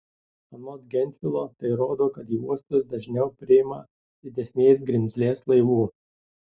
anot gentvilo tai rodo kad į uostas dažniau priima didesnės grimzlės laivų